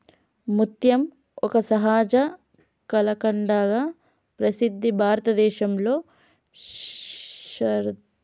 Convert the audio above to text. ముత్యం ఒక సహజ కళాఖండంగా ప్రసిద్ధి భారతదేశంలో శరదృతువులో ముత్యాలు పెంచుతారు